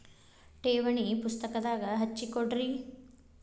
ಠೇವಣಿ ಪುಸ್ತಕದಾಗ ಹಚ್ಚಿ ಕೊಡ್ರಿ